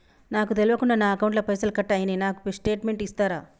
నాకు తెల్వకుండా నా అకౌంట్ ల పైసల్ కట్ అయినై నాకు స్టేటుమెంట్ ఇస్తరా?